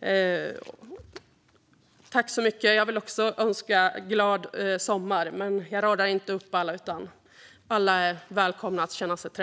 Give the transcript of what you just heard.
Jag önskar också alla en glad sommar!